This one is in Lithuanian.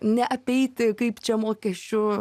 neapeiti kaip čia mokesčių